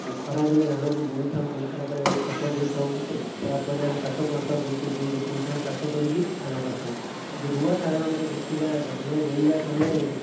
ଖରାଦିନେ ଧାନକୁ ବୁଣିଥାଉ ବୁଣି ସାରିଲାପରେ ଖତ ଦେଇଥାଉ ଯଦି ତା'ପରେ ଆମେ ଚାଷ କରିଥାଉ ଦୁଇରୁ ତିନିଥର ଚାଷ କରିକି ଧାନ କାଟିଥାଉ ଯଦି ରୁଆ ସାଧାରଣତଃ ଦେଖିବା ଧାନ ରୋଇବା ସମୟରେ